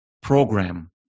program